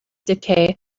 decay